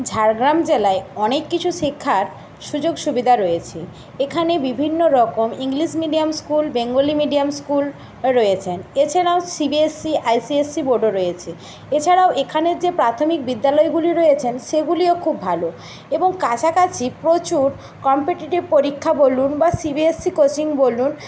ঝাড়গ্রাম জেলায় অনেক কিছু শিক্ষার সুযোগ সুবিধা রয়েছে এখানে বিভিন্ন রকম English medium school Bengali medium school ও রয়েছে এছাড়াও সিবিএসসি আইসিএসসি বোর্ডও রয়েছে এছাড়াও এখানের যে প্রাথমিক বিদ্যালয়গুলি রয়েছেন সেগুলিও খুব ভালো এবং কাছাকাছি প্রচুর কম্পিটিটিভ পরীক্ষা বলুন বা সিবিএসসি কোচিং বলুন